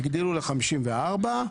הגדילו ל-54.